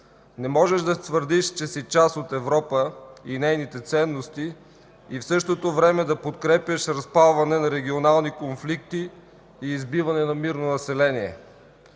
Не можеш да твърдиш, че си част от Европа и нейните ценности и в същото време да подкрепяш разпалване на регионални конфликти и избиване на мирно население.